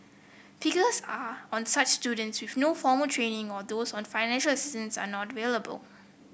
figures are on such students with no formal training or those on financial assistance are not available